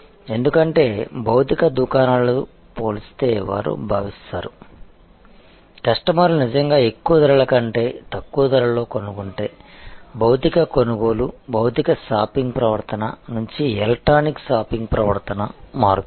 ఎందుకంటే భౌతిక దుకాణాలు పోల్చితే వారు భావిస్తారు కస్టమర్లు నిజంగా ఎక్కువ ధరల కంటే తక్కువ ధరలో కనుగొంటే భౌతిక కొనుగోలు భౌతిక షాపింగ్ ప్రవర్తన నుంచి ఎలక్ట్రానిక్ షాపింగ్ ప్రవర్తన మారుతుంది